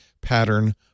pattern